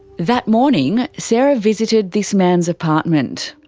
that morning, sarah visited this man's apartment.